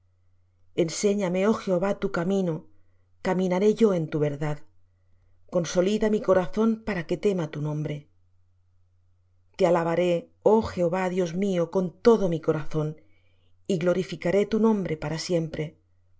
enséñame oh jehová tu camino caminaré yo en tu verdad consolida mi corazón para que tema tu nombre te alabaré oh jehová dios mío con todo mi corazón y glorificaré tu nombre para siempre